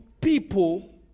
people